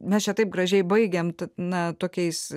mes čia taip gražiai baigiant na tokiais